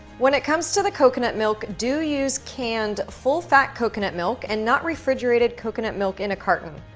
when it comes to the coconut milk, do use canned, full-fat coconut milk, and not refrigerated coconut milk in a carton.